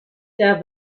der